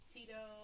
Tito